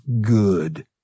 good